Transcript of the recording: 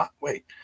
wait